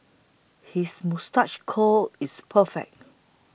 his moustache curl is perfect